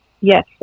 Yes